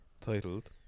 titled